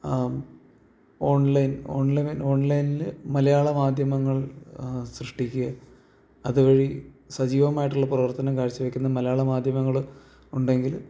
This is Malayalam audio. ഓൺലൈൻ ഓൺലൈന് ഓൺലൈനില് മലയാള മാധ്യമങ്ങൾ സൃഷ്ടിക്കുക അതുവഴി സജീവമായിട്ടുള്ള പ്രവർത്തനം കാഴ്ചവയ്ക്കുന്ന മലയാള മാധ്യമങ്ങള് ഉണ്ടെങ്കില്